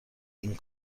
این